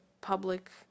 public